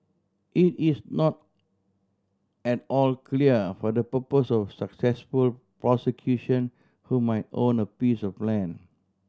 it is not at all clear for the purpose of successful prosecution who might own a piece of land